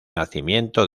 nacimiento